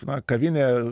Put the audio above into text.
na kavinė